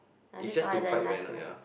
is just to fight venom ya